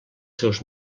seus